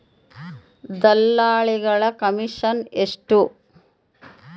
ದಲ್ಲಾಳಿಗಳ ಕಮಿಷನ್ ಎಷ್ಟು?